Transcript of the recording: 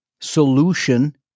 solution